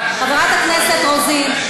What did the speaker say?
חברת הכנסת רוזין.